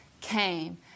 came